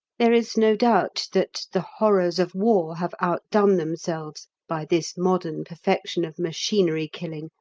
there is no doubt that the horrors of war have outdone themselves by this modern perfection of machinery killing,